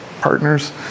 partners